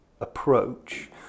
approach